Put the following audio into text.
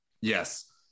Yes